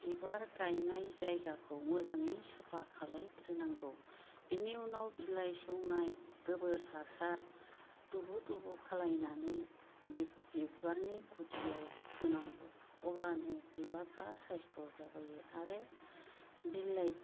बिबार गायनाय जायगाखौ मोजाङै साफा खालायग्रोनांगौ बिनि उनाव बिलाइ सेवनाय गोबोर हासार दुबु दुबु खालायनानै बिबारनि गुदियाव होनांगौ अब्लानो बिबारफ्रा साइसथ' जाबोयो आरो बिलाइ